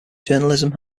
journalism